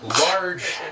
large